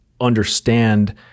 understand